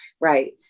Right